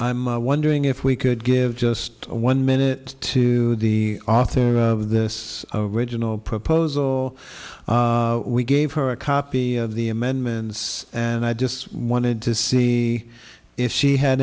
i'm wondering if we could give just one minute to the author of this original proposal we gave her a copy of the amendments and i just wanted to see if she had